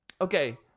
Okay